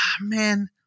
man